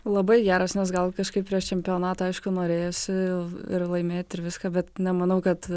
labai geras nes gal kažkaip prieš čempionatą aišku norėjosi ir laimėti ir viską bet nemanau kad